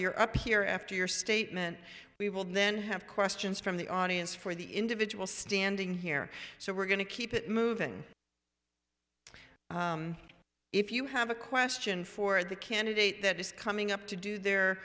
you're up here after your statement we will then have questions from the audience for the individual standing here so we're going to keep it moving if you have a question for the candidate that is coming up to do their